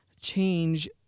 change